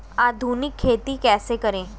आधुनिक खेती कैसे करें?